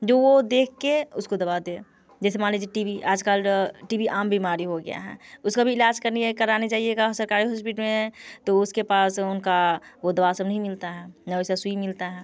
जो वो देख के उसको दवा दे जैसे मान लीजिए टी बी आजकल टी बी आम बीमारी हो गया है उसका भी इलाज करने या कराने जाइएगा सरकारी होस्पिट में तो उसके पास उनका वो दवा सब नहीं मिलता है मिलता है